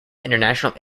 international